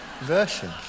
version